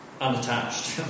unattached